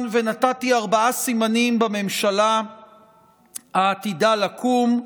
ונתתי ארבעה סימנים בממשלה העתידה לקום,